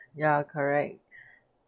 ya correct